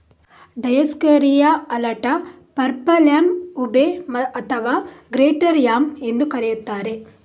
Dioscorea alata, purple yam, ube ಅಥವಾ greater yam ಎಂದೂ ಕರೆಯುತ್ತಾರೆ